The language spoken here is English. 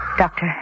Doctor